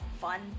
fun